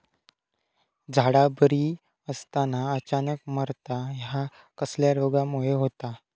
झाडा बरी असताना अचानक मरता हया कसल्या रोगामुळे होता?